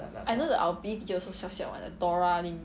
I know the our P_E teacher also siao siao [one] the dora lim